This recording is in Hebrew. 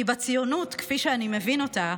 כי בציונות כפי שאני מבין אותה,